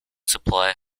supply